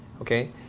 okay